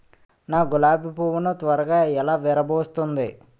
నా గులాబి పువ్వు ను త్వరగా ఎలా విరభుస్తుంది?